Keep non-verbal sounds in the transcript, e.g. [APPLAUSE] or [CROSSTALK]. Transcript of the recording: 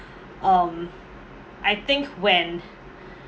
um I think when [BREATH]